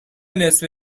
نصفه